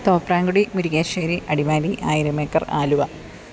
Thopramkudy Muringassery Adimali Aayiramekkar Aluva